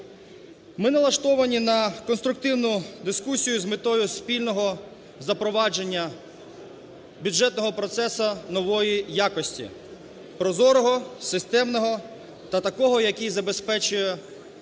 Ми налаштовані на конструктивну дискусію з метою спільного запровадження бюджетного процесу нової якості – прозорого, системного та такого, який забезпечує